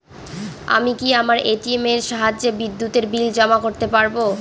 আমি কি আমার এ.টি.এম এর সাহায্যে বিদ্যুতের বিল জমা করতে পারব?